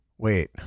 Wait